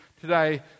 today